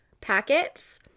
packets